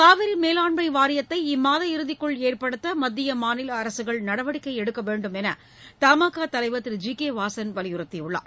காவிரி மேலாண்மை வாரியத்தை இம்மாத இறுதிக்குள் ஏற்படுத்த மத்திய மாநில அரசுகள் நடவடிக்கை எடுக்க வேண்டும் என்று தமாகா தலைவர் திரு ஜி கே வாசன் வலியுறுத்தியுள்ளார்